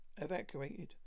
evacuated